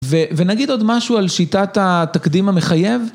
ונגיד עוד משהו על שיטת התקדים המחייב.